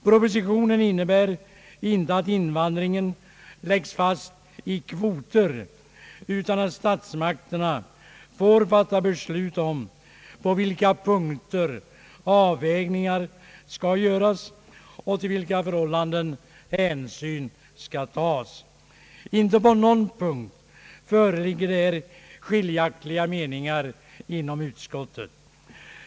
Propositionen innebär inte att invandringen låses fast i kvoter, utan att statsmakterna får fatta beslut om på vilka punkter avvägningar skall göras och till vilka förhållanden hänsyn skall tas. Inte på någon punkt föreligger det här skiljaktiga meningar i utskottet.